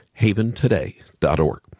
haventoday.org